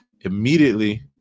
immediately